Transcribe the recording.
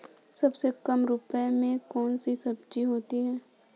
सबसे कम रुपये में कौन सी सब्जी होती है?